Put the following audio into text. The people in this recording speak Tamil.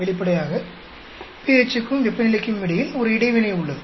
வெளிப்படையாக pH க்கும் வெப்பநிலைக்கும் இடையில் ஒரு இடைவினை உள்ளது